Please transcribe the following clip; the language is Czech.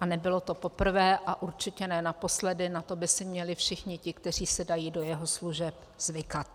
a nebylo to poprvé a určitě ne naposledy, na to by si měli všichni ti, kteří se dají do jeho služeb, zvykat.